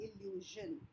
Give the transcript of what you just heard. illusion